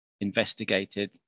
investigated